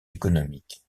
économiques